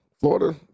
Florida